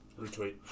Retweet